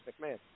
McMahon